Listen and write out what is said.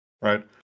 right